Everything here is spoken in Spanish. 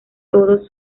todos